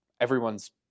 everyone's